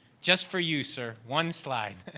just for you sir, one slide.